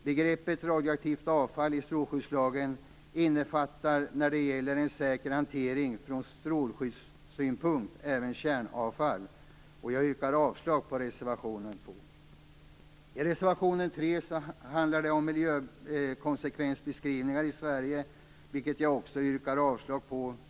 Begreppet radioaktivt avfall i strålskyddslagen innefattar när det gäller en säker hantering från strålskyddssynpunkt även kärnavfall. Jag yrkar avslag på reservation nr 2. Reservation nr 3 handlar om miljökonsekvensbeskrivnngar i Sverige. Jag yrkar avslag också på den.